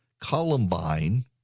Columbine